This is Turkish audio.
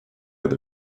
adı